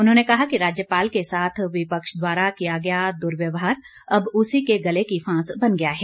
उन्होंने कहा कि राज्यपाल के साथ विपक्ष द्वारा किया गया दुर्व्यवहार अब उसी के गले की फांस बन गया है